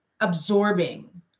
absorbing